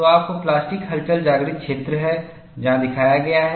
तो आप प्लास्टिक हलचल जागृत क्षेत्र है दिखाया गया है